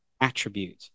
attribute